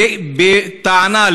בטענה,